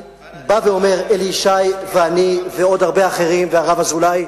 אלי ישי ואני ועוד הרבה אחרים, והרב אזולאי,